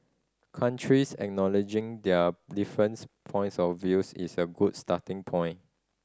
countries acknowledging their different points of view is a good starting point